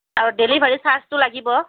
আৰু ডেলিভাৰীৰ ছাৰ্জটো লাগিব